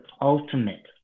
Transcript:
ultimate